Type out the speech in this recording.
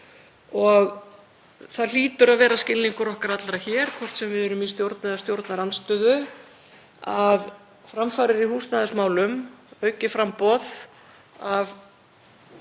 og það hlýtur að vera skilningur okkar allra hér, hvort sem við erum í stjórn eða stjórnarandstöðu, að framfarir í húsnæðismálum, að aukið framboð af